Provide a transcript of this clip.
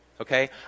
okay